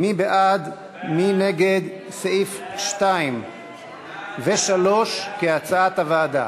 מי בעד ומי נגד סעיפים 2 ו-3 כהצעת הוועדה?